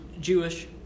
Jewish